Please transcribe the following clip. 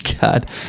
God